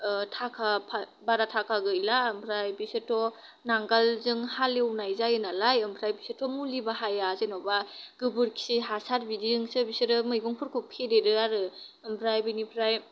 थाखा फाइ बारा थाखा गैला ओमफ्राय बिसोरथ' नांगालजों हालौनाय जायो नालाय ओमफ्राय बिसोरथ' मुलि बाहाया जेन'बा गोबोरखि हासार बिदिजोंसो बिसोरो मैगंफोरखौ फेदेरो आरो ओमफ्राय बिनिफ्राय